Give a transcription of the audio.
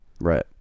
Right